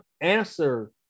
answer